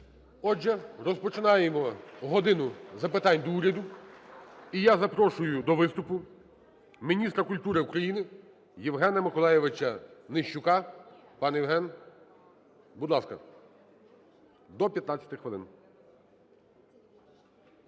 Отже, розпочинаємо "годину запитань до Уряду". І я запрошую до виступу міністра культури України Євгена МиколайовичаНищука. Пане Євген, будь ласка, до 15 хвилин.